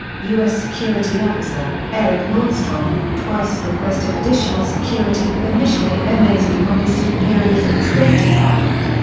u s. security officer, eric nordstrom, twice requested additional security for the mission in benghazi from his superiors at the state department.